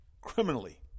criminally